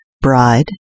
bride